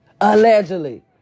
Allegedly